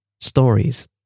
stories